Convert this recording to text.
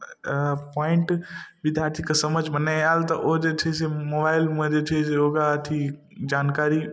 point विद्यार्थीके समझमे नहि आयल तऽ ओ जे छै से मोबाइलमे जे छै से ओकरा अथी जानकारी